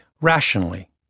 rationally